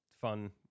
Fun